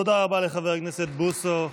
תודה רבה לחבר הכנסת בוסו.